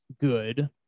good